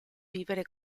vivere